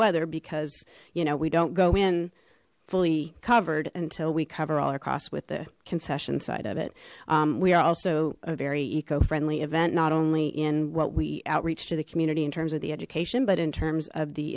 weather because you know we don't go in fully covered until we cover all across with the concession side of it we are also a very eco friendly event not only in what we outreach to the community in terms of the education but in terms of the